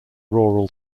rural